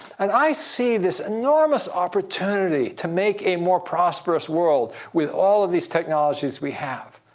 and i see this enormous opportunity to make a more prosperous world with all of these technologies we have.